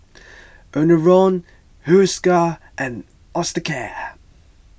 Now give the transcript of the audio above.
Enervon Hiruscar and Osteocare